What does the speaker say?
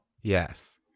Yes